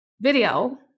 video